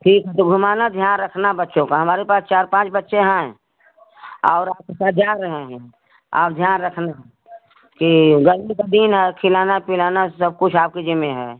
ठीक है तो घुमाना ध्यान रखना बच्चों का हमारे पास चार पाँच बच्चे हैं और आपके साथ जा रहे हैं आप ध्यान रखना कि गर्मी का दिन है खिलाना पिलाना सब कुछ आपके जिम्मे है